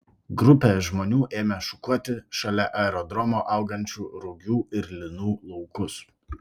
grupė žmonių ėmė šukuoti šalia aerodromo augančių rugių ir linų laukus